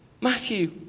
Matthew